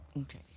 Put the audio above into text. Okay